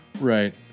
Right